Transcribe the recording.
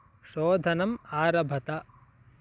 शोधनम् आरभत